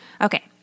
Okay